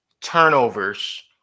turnovers